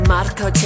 Marco